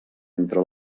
entre